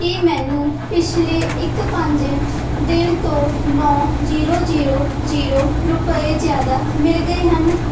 ਕੀ ਮੈਨੂੰ ਪਿਛਲੇ ਇੱਕ ਪੰਜ ਦਿਨ ਤੋਂ ਨੌਂ ਜੀਰੋ ਜੀਰੋ ਜੀਰੋ ਰੁਪਏ ਜ਼ਿਆਦਾ ਮਿਲ ਗਏ ਹਨ